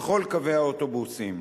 בכל קווי האוטובוסים.